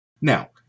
Now